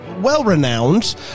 well-renowned